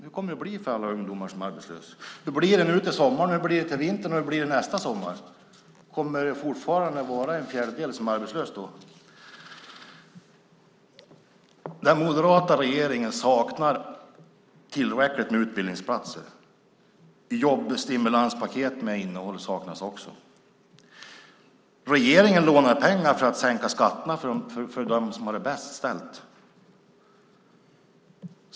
Hur kommer det att bli för alla ungdomar som är arbetslösa? Hur blir det till sommaren, till vintern och till nästa sommar? Kommer det fortfarande att vara en fjärdedel som är arbetslösa då? Den moderata regeringen saknar tillräckligt med utbildningsplatser. Jobbstimulanspaket med innehåll saknas också. Regeringen lånar pengar för att sänka skatterna för dem som har det bäst ställt.